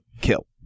kill